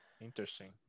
Interesting